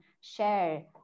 share